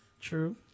True